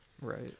Right